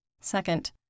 Second